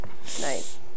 Nice